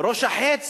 החץ